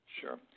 Sure